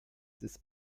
des